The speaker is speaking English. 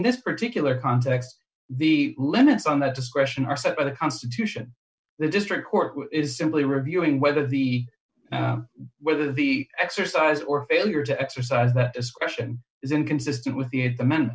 this particular context the limits on that discretion are set by the constitution the district court is simply reviewing whether the whether the exercise or failure to exercise that discretion is inconsistent with the